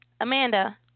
Amanda